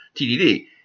tdd